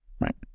right